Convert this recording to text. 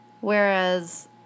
Whereas